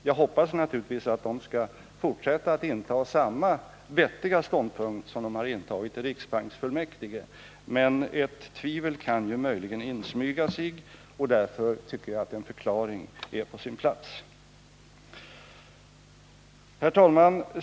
Jag hoppas naturligtvis att de skall fortsätta att inta samma vettiga ståndpunkt som de har intagit i riksbanksfullmäktige, men ett tvivel kan möjligen insmyga sig. Därför tycker jag att en förklaring är på sin plats. Herr talman!